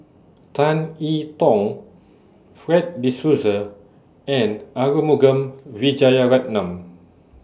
Tan I Tong Fred De Souza and Arumugam Vijiaratnam